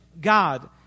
God